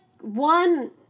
one